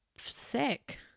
sick